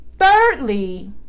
thirdly